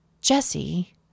Jesse